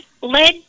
led